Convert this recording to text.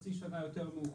חצי שנה יותר מאוחר,